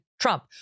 Trump